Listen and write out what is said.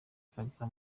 kugaragara